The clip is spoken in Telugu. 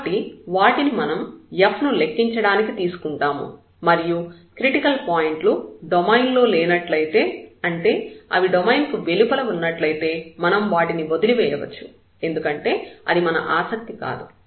కాబట్టి వాటిని మనం f ను లెక్కించడానికి తీసుకుంటాము మరియు క్రిటికల్ పాయింట్లు డొమైన్ లో లేనట్లయితే అంటే అవి డొమైన్ కు వెలుపల ఉన్నట్లయితే మనం వాటిని వదిలి వేయవచ్చు ఎందుకంటే అది మన ఆసక్తి కాదు